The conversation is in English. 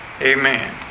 Amen